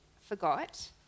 forgot